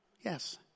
Yes